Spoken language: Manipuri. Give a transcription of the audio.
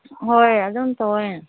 ꯍꯣꯏ ꯑꯗꯨꯝ ꯇꯧꯋꯦ